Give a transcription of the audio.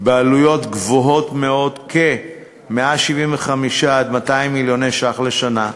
בסכומים גבוהים מאוד, 175 200 מיליוני שקלים בשנה,